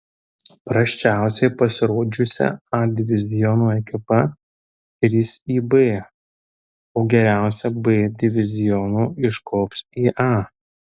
prasčiausiai pasirodžiusi a diviziono ekipa kris į b o geriausia b diviziono iškops į a